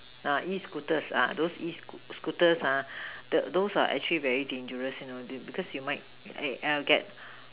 uh E scooters ah those E scooters ah the those are actually very dangerous you know because you might err get